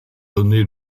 donné